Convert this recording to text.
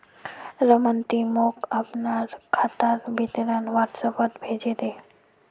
रमन ती मोक अपनार खातार विवरण व्हाट्सएपोत भेजे दे